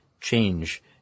change